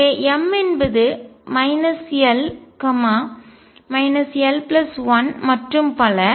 எனவே m என்பது l l 1 மற்றும் பல